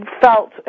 felt